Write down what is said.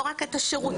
לא רק את השירותים,